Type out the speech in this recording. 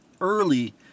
early